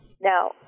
Now